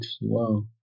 wow